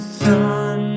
sun